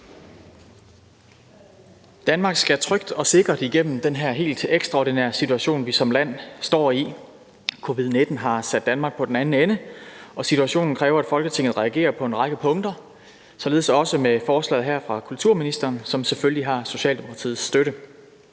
Danmark skal trygt og sikkert igennem den her helt ekstraordinære situation, vi som land står i. Covid-19 har sat Danmark på den anden ende, og situationen kræver, at Folketinget reagerer på en række punkter, og således også med forslaget her fra kulturministeren, som selvfølgelig har Socialdemokratiets støtte.